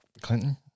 Clinton